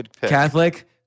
Catholic